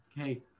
Okay